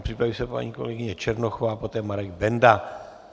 Připraví se paní kolegyně Černochová, poté Marek Benda.